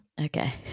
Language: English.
okay